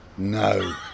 No